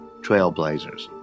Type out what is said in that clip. trailblazers